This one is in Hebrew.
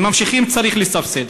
אם ממשיכים, צריך לסבסד.